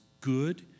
good